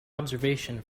observation